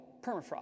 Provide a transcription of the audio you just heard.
permafrost